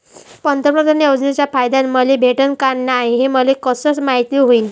प्रधानमंत्री योजनेचा फायदा मले भेटनं का नाय, हे मले कस मायती होईन?